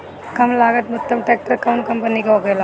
कम लागत में उत्तम ट्रैक्टर कउन कम्पनी के होखेला?